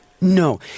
No